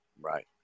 Right